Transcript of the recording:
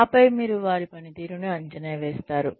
ఆపై మీరు వారి పనితీరును అంచనా వేస్తారు